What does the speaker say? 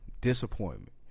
Disappointment